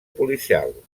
policial